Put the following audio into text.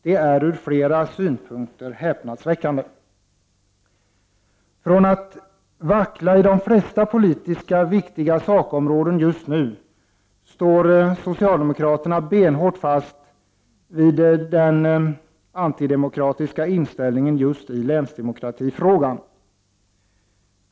Det är ur flera synpunkter häpnadsväckande. Från att vackla i de flesta politiskt viktiga sakområden just nu står socialdemokraterna benhårt fast vid den antidemokratiska inställningen i länsdemokratifrågan.